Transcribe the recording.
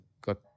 got